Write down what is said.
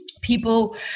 people